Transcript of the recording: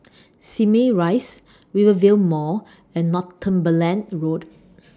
Simei Rise Rivervale Mall and Northumberland Road